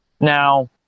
now